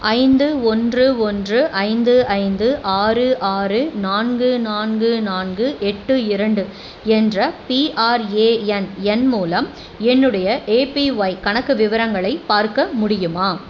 ஐந்து ஒன்று ஒன்று ஐந்து ஐந்து ஆறு ஆறு நான்கு நான்கு நான்கு எட்டு இரண்டு என்ற பிஆர்ஏஎன் எண் மூலம் என்னுடைய ஏபிஒய் கணக்கு விவரங்களை பார்க்க முடியுமா